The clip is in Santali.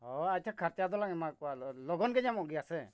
ᱚ ᱟᱪᱪᱷᱟ ᱠᱷᱚᱨᱪᱟ ᱫᱚᱞᱟᱝ ᱮᱢᱟ ᱠᱚᱣᱟ ᱞᱚᱜᱚᱱ ᱜᱮ ᱧᱟᱢᱚᱜ ᱜᱮᱭᱟ ᱥᱮ